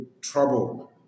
trouble